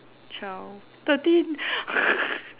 twelve thirteen